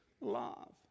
love